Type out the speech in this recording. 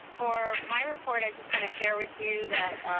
for my report, i just want to share with you that